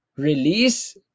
release